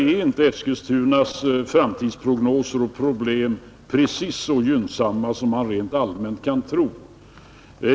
Tyvärr är inte Eskilstunas framtidsprognoser så gynnsamma som man rent allmänt kan tro.